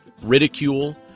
ridicule